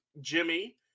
Jimmy